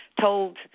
told